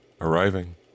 arriving